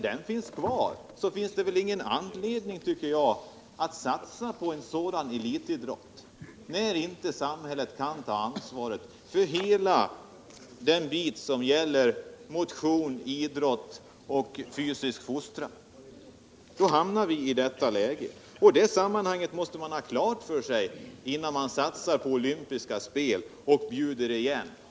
Jag tycker ime det finns anledning att satsa på sådan typ av elitidrott, när inte samhället kan ta ansvar för den bit som gäller motion, idrott och fysisk fostran. Det är ett sammanhang som man måste ha klart för sig innan man satsar på olympiska spel och bjuder igen.